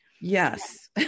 Yes